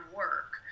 work